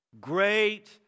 great